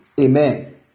Amen